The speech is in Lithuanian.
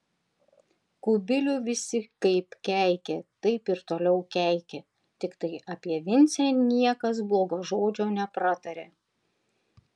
kubilių visi kaip keikė taip ir toliau keikė tiktai apie vincę niekas blogo žodžio nepratarė